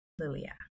Lilia